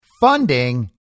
Funding